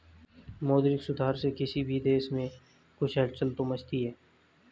मौद्रिक सुधार से किसी भी देश में कुछ हलचल तो मचती है